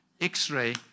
X-ray